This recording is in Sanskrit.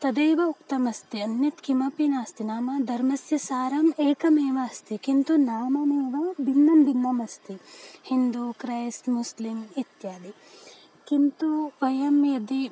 तदेव उक्तमस्ति अन्यत् किमपि नास्ति नाम धर्मस्य सारम् एकमेव अस्ति किन्तु नाम एव भिन्नं भिन्नम् अस्ति हिन्दुक्रैस्तमुस्लिम् इत्यादि किन्तु वयं यदि